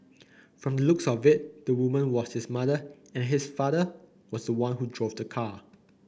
from the looks of it the woman was his mother and his father was the one who drove the car